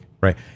right